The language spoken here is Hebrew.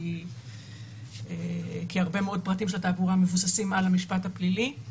כי הרבה מאוד פרטים של התעבורה מבוססים על המשפט הפלילי.